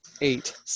eight